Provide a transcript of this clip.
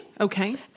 Okay